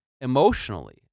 emotionally